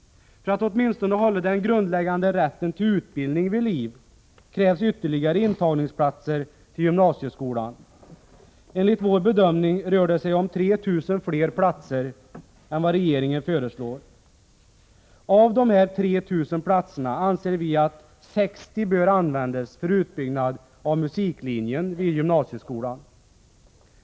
För att åtminstone hålla den grundläggande rätten till utbildning vid liv krävs ytterligare platser för intagning till gymnasieskolan. Enligt vår bedömning rör det sig om 3 000 fler platser än vad regeringen föreslår. Av dessa 3 000 platser anser vi att 60 bör användas för utbyggnad av musiklinjen vid gymnasieskolan.